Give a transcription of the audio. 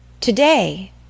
Today